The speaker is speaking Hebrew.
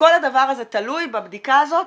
כל הדבר הזה תלוי בבדיקה הזאת?